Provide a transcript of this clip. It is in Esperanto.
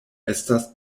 estas